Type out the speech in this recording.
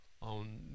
on